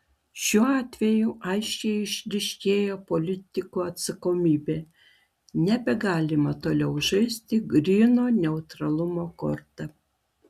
šiuo atveju aiškiai išryškėja politikų atsakomybė nebegalima toliau žaisti gryno neutralumo korta